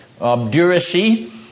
obduracy